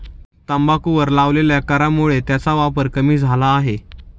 तंबाखूवर लावलेल्या करामुळे त्याचा वापर कमी झाला आहे